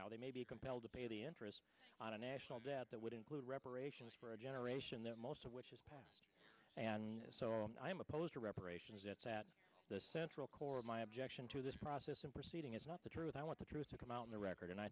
now they may be compelled to pay the interest on a national debt that would include reparations for a generation that most of which is passed and so on i am opposed to reparations that's at the central core of my objection to this process and proceeding is not the truth i want the truth to come out in the record and i